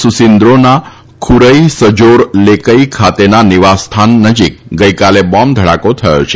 સુસીન્રોના ખુરઈ સજાર લેકઈ ખાતેના નિવાસસ્થાન નજીક ગઈકાલે બોંબ ધડાકો થયો છે